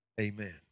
amen